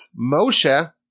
Moshe